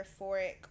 euphoric